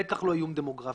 בטח לא איום דמוגרפי,